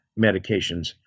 medications